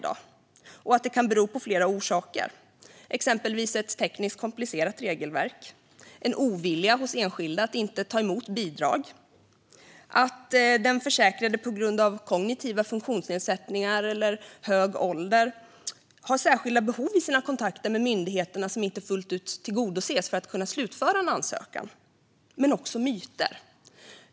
Detta kan ha flera orsaker, exempelvis ett tekniskt komplicerat regelverk eller en ovilja hos enskilda att ta emot bidrag. Det kan också bero på att den försäkrade på grund av kognitiva funktionsnedsättningar eller hög ålder har särskilda behov i sina kontakter med myndigheter som inte fullt tillgodoses för att man ska kunna slutföra en ansökan. Men det handlar också om myter.